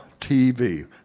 TV